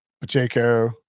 Pacheco